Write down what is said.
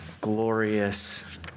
glorious